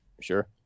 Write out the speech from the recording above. Sure